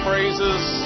Praises